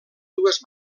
dues